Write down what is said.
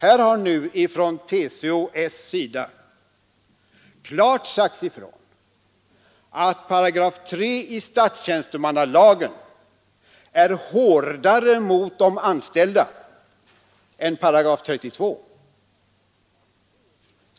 Här har nu TCO-S klart sagt ifrån att 3 § statstjänstemannalagen är hårdare mot de anställda än § 32.